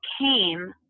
came